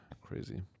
crazy